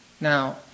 Now